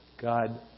God